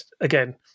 again